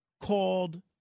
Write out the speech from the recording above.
called